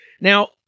Now